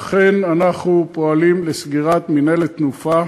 אכן, אנחנו פועלים לסגירת מינהלת "תנופה",